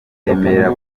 remera